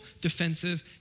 defensive